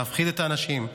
להפחיד את האנשים,